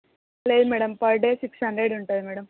లేదు madam per day six hundred ఉంటుంది madam